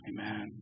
Amen